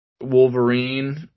Wolverine